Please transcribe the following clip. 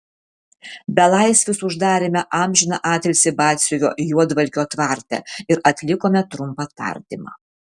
belaisvius uždarėme amžiną atilsį batsiuvio juodvalkio tvarte ir atlikome trumpą tardymą